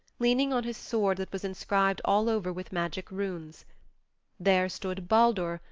leaning on his sword that was inscribed all over with magic runes there stood baldur,